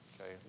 Okay